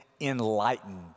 enlightened